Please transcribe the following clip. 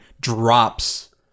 drops